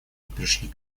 пришли